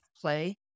play